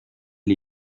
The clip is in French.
les